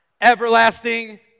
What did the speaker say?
Everlasting